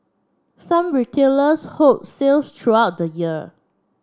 some retailers hold sales throughout the year